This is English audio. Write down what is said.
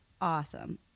awesome